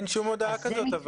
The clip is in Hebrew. אבל אין שום הודעה כזאת.